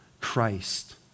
Christ